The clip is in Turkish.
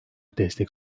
destek